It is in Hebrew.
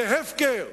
זה הפקר.